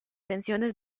tensiones